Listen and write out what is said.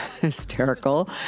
Hysterical